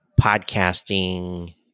podcasting